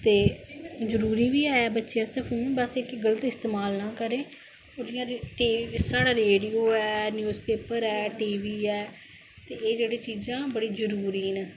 ते जरुरी बी ऐ बच्चे आस्तै फोन बस इक गल्त इस्तमाल ना करे जियां साढ़ा रैडियो ऐ न्यूज पेपर ऐ टीवी ऐ ते एह् जेहड़ी चीजां बड़ी जरुरी ना